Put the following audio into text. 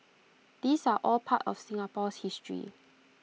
these are all part of Singapore's history